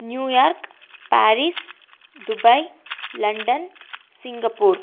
New York Paris Dubai London Singapore